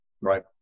Right